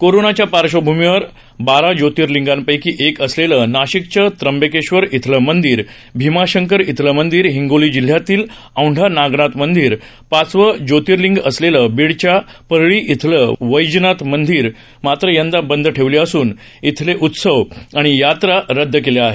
कोरोनाच्या पार्श्वभूमीवरबारा ज्योतर्लिंगांपैकी एक असलेले नाशिकचं त्र्यंबकेश्वर इथंलं मंदिर भीमाशंकर इथलं मंदिर हिंगोली जिल्ह्यातील औंढा नागनाथ मदींर पाचवं ज्योतीर्लिंग असलेलं बीडच्या परळी इथंलं वैद्यनाथ मंदिर मात्र यंदा बंद ठेवली असून इथले उत्सव आणि यात्रा रदद केल्या आहेत